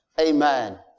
Amen